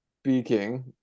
speaking